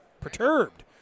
perturbed